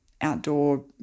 outdoor